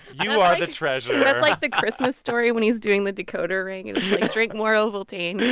you are the treasure that's like the christmas story when he's doing the decoder ring and drink more ovaltine. yeah